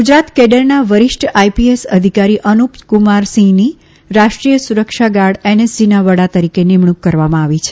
ગુજરાત કેડરના વરિષ્ઠ આઇપીએસ અધિકારી અનુપકુમાર સિંહની રાષ્ટ્રીય સુરક્ષા ગાર્ડ એનએસજીના વડા તરીકે નિમણુંક કરવામાં આવી છે